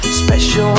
special